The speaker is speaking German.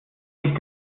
sich